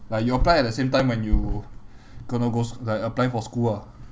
like you apply at the same time when you kena go s~ like apply for school ah